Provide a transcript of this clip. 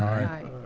aye.